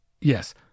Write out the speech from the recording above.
Yes